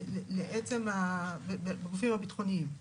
לגופים הביטחוניים.